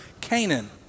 Canaan